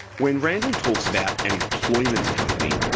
when randle talks about an employment company,